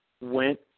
went